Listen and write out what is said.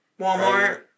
Walmart